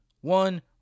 one